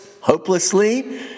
hopelessly